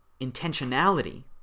intentionality